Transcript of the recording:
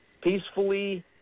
peacefully